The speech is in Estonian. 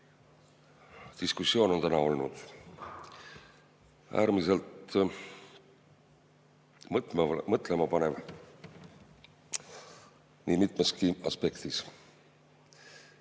diskussioon on täna olnud, äärmiselt mõtlemapanev nii mitmestki aspektist.